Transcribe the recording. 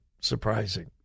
surprising